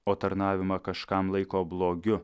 o tarnavimą kažkam laiko blogiu